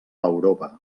europa